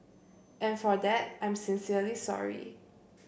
and for that I'm sincerely sorry